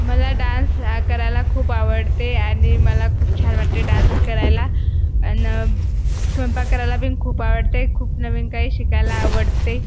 मला डान्स हा करायला खूप आवडते आणि मला खूप छान वाटते डान्स करायला आणि स्वयंपाक करायलाबीन खूप आवडते खूप नवीन काही शिकायला खूप आवडते